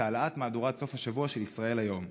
העלאת מהדורת סוף השבוע של ישראל היום.